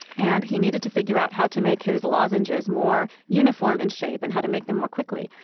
and he needed to figure out how to make his lozenges more uniform in shape and how to make them more quickly.